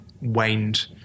waned